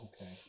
Okay